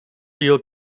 seal